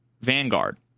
vanguard